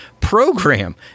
program